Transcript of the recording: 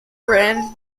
rand